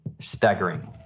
staggering